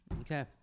Okay